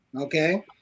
okay